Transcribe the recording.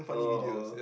oh oh